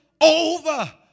over